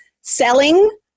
selling